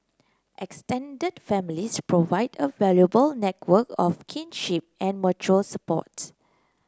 extended families provide a valuable network of kinship and mutual support